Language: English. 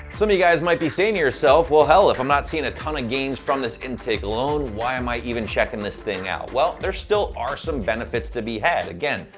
some of you guys might be saying to yourself, well, hell if i'm not seeing a ton of gains from this intake alone, why am i even checking this thing out? well, there still are some benefits to be had. again,